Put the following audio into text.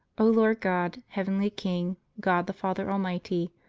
o lord god, heavenly king, god the father almighty.